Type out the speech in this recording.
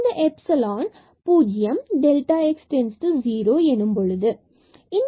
இந்த எப்சிலான் பூஜ்ஜியம் x→0எனும் பொழுது